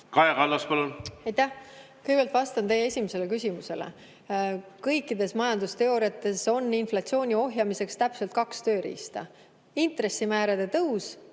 Kaja Kallas, palun! Aitäh! Kõigepealt vastan teie esimesele küsimusele. Kõikides majandusteooriates on inflatsiooni ohjamiseks täpselt kaks tööriista: intressimäärade tõus